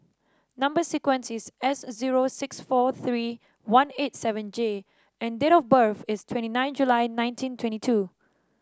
number sequence is S zero six four three one eight seven J and date of birth is twenty nine July nineteen twenty two